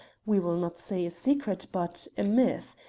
we will not say a secret, but a myth,